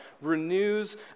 renews